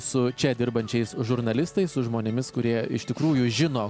su čia dirbančiais žurnalistais su žmonėmis kurie iš tikrųjų žino